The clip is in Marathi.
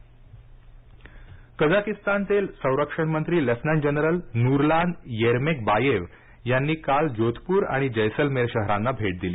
कझाक कजाकिस्तानचे संरक्षण मंत्री lieutenant general Nurlan Yermekbayev यांनी काल जोधपुर आणि जयसलमेर शहरांना भेट दिली